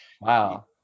wow